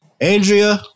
Andrea